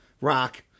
rock